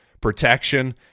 protection